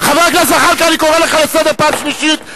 אני קורא אותך לסדר פעם שלישית.